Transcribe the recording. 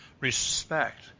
respect